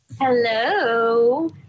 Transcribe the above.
hello